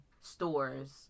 stores